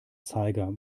zeiger